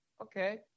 okay